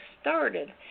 started